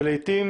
ולעיתים